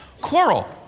quarrel